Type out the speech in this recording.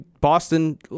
Boston